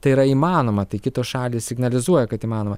tai yra įmanoma tai kitos šalys signalizuoja kad įmanoma